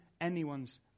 anyone's